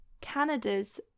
Canada's